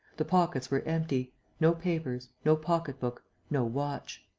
the pockets were empty no papers, no pocket-book, no watch.